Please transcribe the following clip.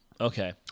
Okay